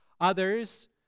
Others